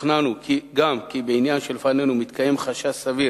שוכנענו גם כי בעניין שלפנינו מתקיים חשש סביר,